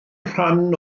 rhan